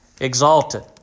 exalted